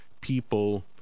people